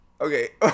okay